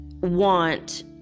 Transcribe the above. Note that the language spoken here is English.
want